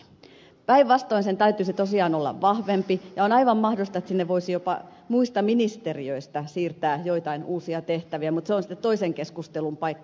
ja päinvastoin sen täytyisi tosiaan olla vahvempi ja on aivan mahdollista että sinne voisi jopa muista ministeriöistä siirtää joitain uusia tehtäviä mutta se on sitten toisen keskustelun paikka